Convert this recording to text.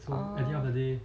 oh